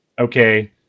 okay